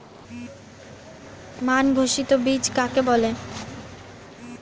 মান ঘোষিত বীজ কাকে বলে?